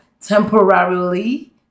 temporarily